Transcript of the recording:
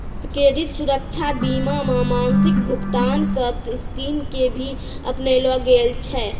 credit सुरक्षा बीमा मे मासिक भुगतान के स्कीम के भी अपनैलो गेल छै